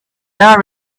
our